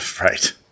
Right